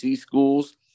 schools